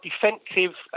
defensive